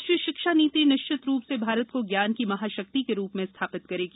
राष्ट्रीय शिक्षा नीति निश्चित रूप से भारत को ज्ञान की महाशक्ति के रूप में स्थापित करेगी